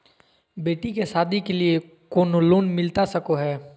बेटी के सादी के लिए कोनो लोन मिलता सको है?